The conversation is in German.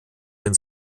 den